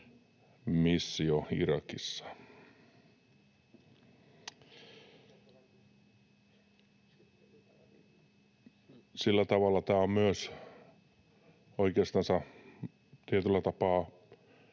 missio Irakissa. Sillä tavalla tämä on myös oikeastansa tietyllä tapaa